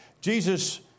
Jesus